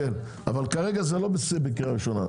כרגע זה לא בקריאה ראשונה.